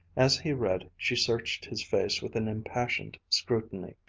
as he read she searched his face with an impassioned scrutiny.